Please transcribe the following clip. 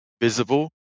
visible